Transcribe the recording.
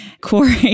Corey